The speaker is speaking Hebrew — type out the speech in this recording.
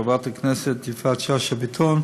חברת הכנסת יפעת שאשא ביטון,